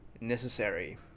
necessary